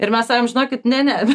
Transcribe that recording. ir mes žinokit ne ne